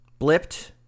blipped